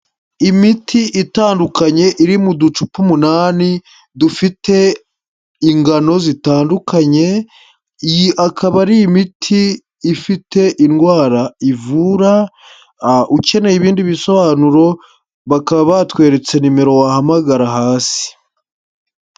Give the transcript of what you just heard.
Imiti itandukanye iri mu ducupa umunani, dufite ingano zitandukanye, iyi akaba ari imiti ifite indwara ivura, ukeneye ibindi bisobanuro bakaba batweretse nimero wahamagara hasi.